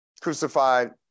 crucified